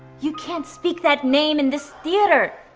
you can't speak that name in this theatre.